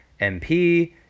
MP